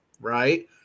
right